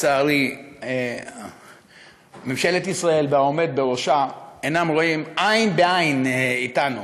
ולצערי ממשלת ישראל והעומד בראשה אינם רואים עין בעין אתנו.